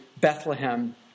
Bethlehem